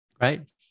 Right